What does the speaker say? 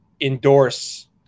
endorse